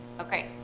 Okay